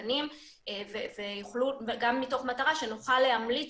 מעודכנים וגם מתוך מטרה שנוכל להמליץ,